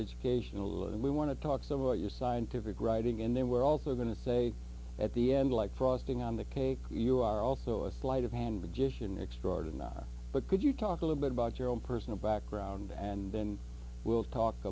educational and we want to talk some of your scientific writing and then we're also going to say at the end like frosting on the cake you are also a sleight of hand magician extraordinary but could you talk a little bit about your own personal background and then we'll talk